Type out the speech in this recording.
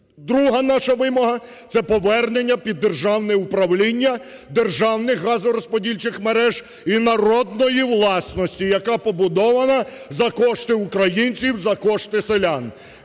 Друга наша вимога – це повернення під державне управління державних газорозподільчих мереж і народної власності, яка побудована за кошти українців, за кошти селян.